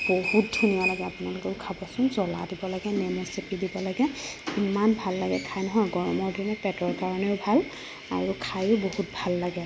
বহুত ধুনীয়া লাগে আপোনালোকেও খাবচোন জ্বলা দিব লাগে নেমু চেপি দিব লাগে ইমান ভাল লাগে খাই নহয় গৰমৰ দিনত পেটৰ কাৰণেও ভাল আৰু খাইয়ো বহুত ভাল লাগে